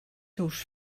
seus